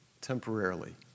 temporarily